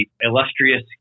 illustrious